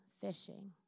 fishing